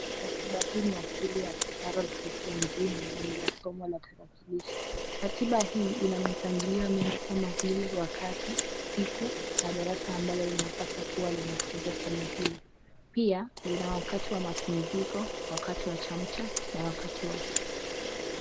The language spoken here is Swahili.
Ratiba hii ni ya shule ya Thika road christian juniour na ni la somo la tarakilishi. Ratiba hii ina mipangilio mingi kama vile wakati, siku na darasa ambalo linapawa funzwa somo hili, pia, lina wakati wa mapumziko, wakati wa chamcha na wakati wa.....